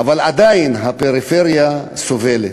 עדיין הפריפריה סובלת.